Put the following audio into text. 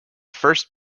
first